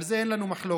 על זה אין לנו מחלוקת.